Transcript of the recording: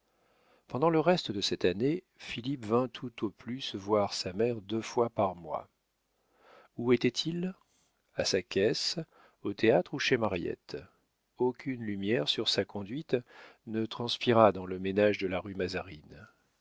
pendant le reste de cette année philippe vint tout au plus voir sa mère deux fois par mois où était-il a sa caisse au théâtre ou chez mariette aucune lumière sur sa conduite ne transpira dans le ménage de la rue mazarine